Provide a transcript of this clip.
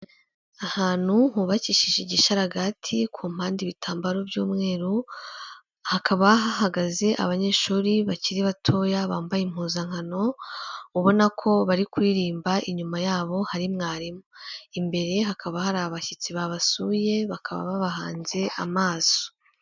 Ahantu hubakishije igishararagati, ku mpande ibitambaro by'umweru, hakaba hahagaze abanyeshuri bakiri batoya bambaye impuzankano, ubona ko bari kuririmba inyuma yabo hari mwarimu, imbere hakaba hari abashyitsi babasuye bakaba babahanze amaso.